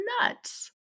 nuts